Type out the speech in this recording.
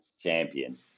champion